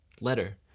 letter